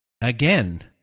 again